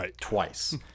twice